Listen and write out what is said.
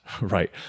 right